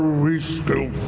we still